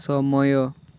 ସମୟ